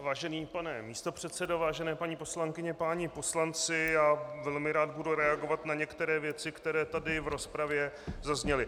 Vážený pane místopředsedo, vážené paní poslankyně, páni poslanci, velmi rád budu reagovat na některé věci, které tady v rozpravě zazněly.